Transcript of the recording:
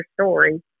story